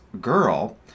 girl